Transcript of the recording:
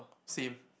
same